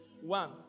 One